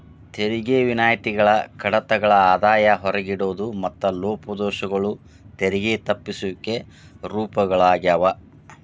ತೆರಿಗೆ ವಿನಾಯಿತಿಗಳ ಕಡಿತಗಳ ಆದಾಯ ಹೊರಗಿಡೋದು ಮತ್ತ ಲೋಪದೋಷಗಳು ತೆರಿಗೆ ತಪ್ಪಿಸುವಿಕೆ ರೂಪಗಳಾಗ್ಯಾವ